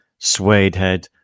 suedehead